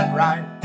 right